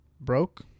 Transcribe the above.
broke